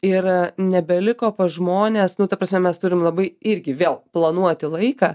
ir nebeliko pas žmones nu ta prasme mes turim labai irgi vėl planuoti laiką